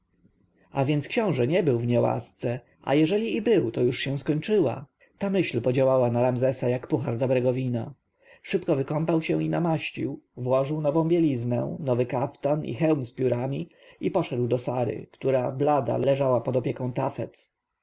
a więc książę nie był w niełasce a jeżeli i był to już się skończyła ta myśl podziałała na ramzesa jak puhar dobrego wina szybko wykąpał się i namaścił włożył nową bieliznę nowy kaftan i hełm z piórami i poszedł do sary która blada leżała pod opieką tafet